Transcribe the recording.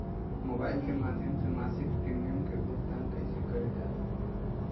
Mobile के माध्यम से मासिक प्रीमियम के भुगतान कैसे कइल जाला?